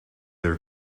their